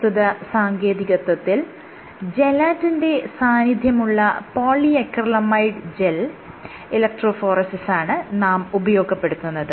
പ്രസ്തുത സാങ്കേതികത്വത്തിൽ ജലാറ്റിന്റെ സാന്നിധ്യമുള്ള പോളിഅക്രിലമൈഡ് ജെൽ ഇലക്ട്രോഫോറെസിസാണ് നാം ഉപയോഗപ്പെടുത്തുന്നത്